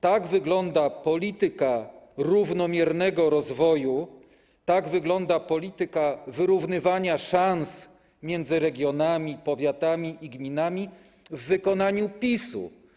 Tak wygląda polityka równomiernego rozwoju, tak wygląda polityka wyrównywania szans między regionami, powiatami i gminami w wykonaniu PiS.